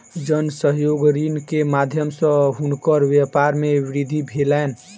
जन सहयोग ऋण के माध्यम सॅ हुनकर व्यापार मे वृद्धि भेलैन